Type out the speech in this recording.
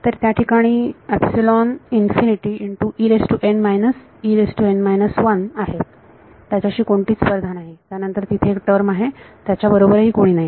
तर त्या ठिकाणी आहे त्याच्याशी कोणतीच स्पर्धा नाही त्यानंतर तिथे एक टर्म आहे त्याच्याबरोबर कुणीही नाही